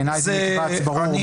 בעיני מדובר במקבץ ברור,